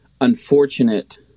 unfortunate